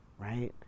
right